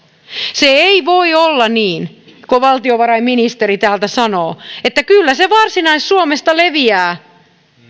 ei voi olla niin kuin valtiovarainministeri täältä sanoo että kyllä se varsinais suomesta leviää